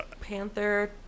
Panther